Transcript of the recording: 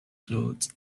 clothes